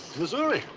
missouri.